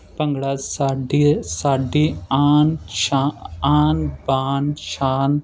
ਭੰਗੜਾ ਸਾਡੀ ਸਾਡੀ ਆਨ ਸ਼ਾ ਆਨ ਬਾਨ ਸ਼ਾਨ